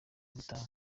gutaha